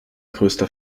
größter